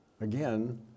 again